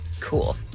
Cool